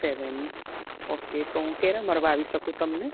સેવન okay તો હું ક્યારે મળવા આવી શકું તમને